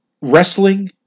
wrestling